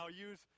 use